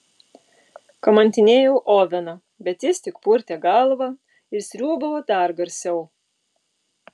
kamantinėjau oveną bet jis tik purtė galvą ir sriūbavo dar garsiau